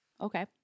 Okay